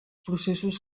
processos